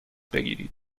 بگیرید